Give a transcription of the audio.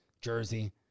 Jersey